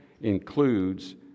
includes